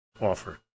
offer